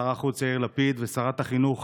שר החוץ יאיר לפיד ושרת החינוך